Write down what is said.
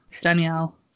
Danielle